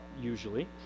usually